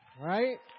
Right